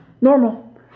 normal